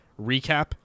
recap